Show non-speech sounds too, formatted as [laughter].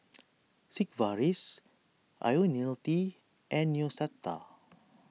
[noise] Sigvaris Ionil T and Neostrata